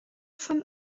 von